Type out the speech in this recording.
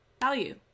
value